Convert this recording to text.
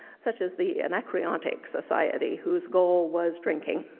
such as the anacreondic society who's goal was drinking.